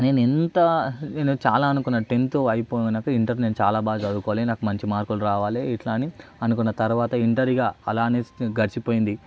నేను ఎంత నేను చాలా అనుకున్నా టెంత్ అయిపోయినాక ఇంటర్ నేను చాలా బాగా చదువుకోవాలి నాకు మంచి మార్కులు రావాలి ఇట్లా అని అనుకున్న తరువాత ఇంటర్ ఇక అలానే గడిచిపోయింది